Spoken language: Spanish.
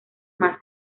más